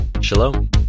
Shalom